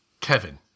Kevin